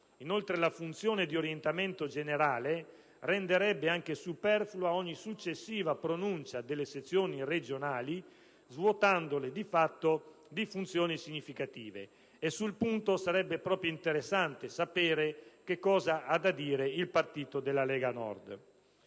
Inoltre, la funzione di orientamento generale renderebbe anche superflua ogni successiva pronunzia delle sezioni regionali, svuotandole di fatto di funzioni significative. E sul punto sarebbe proprio interessante sapere che cosa ha da dire il partito della Lega Nord.